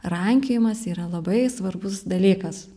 rankiojimas yra labai svarbus dalykas